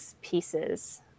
pieces